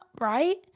right